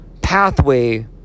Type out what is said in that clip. pathway